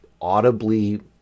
audibly